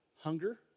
hunger